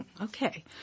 Okay